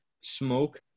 smoke